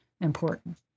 important